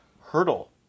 hurdle